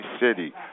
City